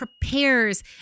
prepares